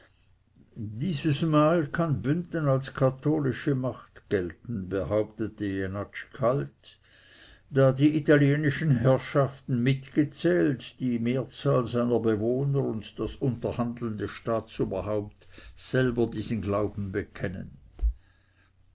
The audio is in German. dieses mal kann bünden als katholische macht gelten behauptete jenatsch kalt da die italienischen herrschaften mitgezählt die mehrzahl seiner bewohner und das unterhandelnde staatsoberhaupt selber diesen glauben bekennen